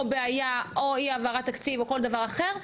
או בעיה או אי העברת תקציב או כל דבר אחר,